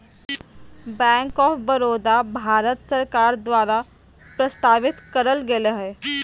bank of Baroda, Bharat सरकार द्वारा प्रस्तावित करल गेले हलय